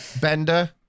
Bender